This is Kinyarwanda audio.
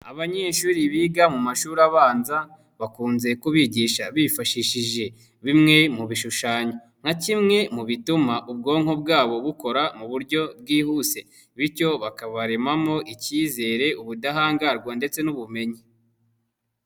Abanyeshuri biga mu mashuri abanza bakunze kubigisha bifashishije bimwe mu bishushanyo nka kimwe mu bituma ubwonko bwabo bukora mu buryo bwihuse bityo bakabaremamo icyizere, ubudahangarwa ndetse n'ubumenyi.